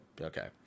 Okay